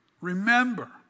Remember